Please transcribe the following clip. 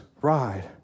ride